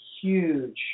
huge